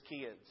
kids